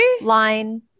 line